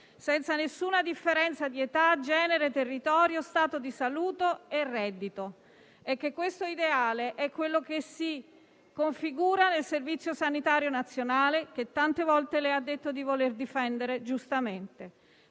senza nessuna differenza di età, genere, territorio, stato di salute e reddito. Questo ideale è quello che si configura nel Servizio sanitario nazionale che tante volte lei ha detto di voler difendere, giustamente.